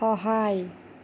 সহায়